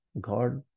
God